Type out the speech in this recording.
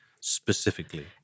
specifically